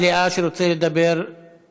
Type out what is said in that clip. מישהו נמצא במליאה ורוצה לדבר מאוד?